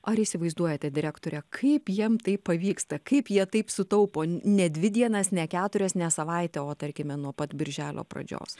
ar įsivaizduojate direktore kaip jiem tai pavyksta kaip jie taip sutaupo ne dvi dienas ne keturias ne savaitę o tarkime nuo pat birželio pradžios